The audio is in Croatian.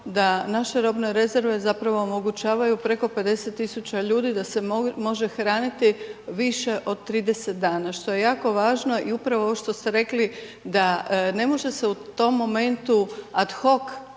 da naše robne rezerve, zapravo omogućavaju preko 50 tisuća ljudi, da se može hraniti više od 30 dana, što je jako važno i upravo ovo što ste rekli, da ne može se u tom momentu ad hoc